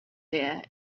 there